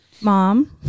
mom